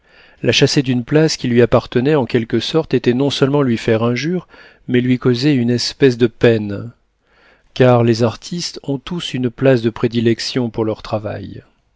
la chasser d'une place qui lui appartenait en quelque sorte était non-seulement lui faire injure mais lui causer une espèce de peine car les artistes ont tous une place de prédilection pour leur travail